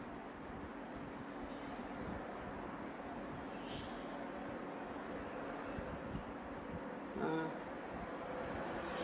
mm